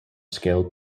scale